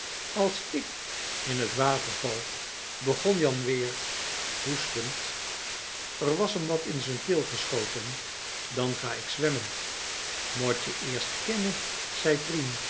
i k in t water val begon jan weer hoestend r was m wat in z'n keel geschoten dan ga k zwèmme mot je eerst kènne zei